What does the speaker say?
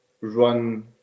run